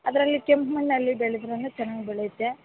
ಅದರಲ್ಲಿ ಕೆಂಪು ಮಣ್ಣಲ್ಲಿ ಬೆಳೆದ್ರು ಚೆನ್ನಾಗಿ ಬೆಳೆಯುತ್ತೆ